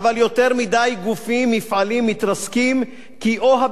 מתרסקים כי או שהבעלים שלהם מתנהגים בחזירות,